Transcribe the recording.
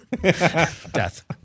Death